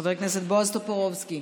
חבר הכנסת בעז טופורובסקי,